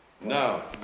No